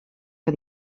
for